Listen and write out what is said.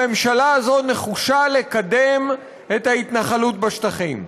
הממשלה הזו נחושה לקדם את ההתנחלות בשטחים.